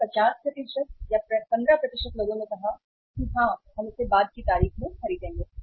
इसलिए 50 या 15 लोगों ने कहा है कि हां हम इसे बाद की तारीख में खरीदेंगे